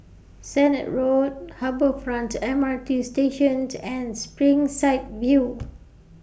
Sennett Road Harbour Front M R T Station and Springside View